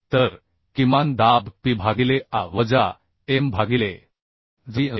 तर किमान दाब P भागिले a वजा m भागिले Z e असेल